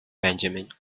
benjamin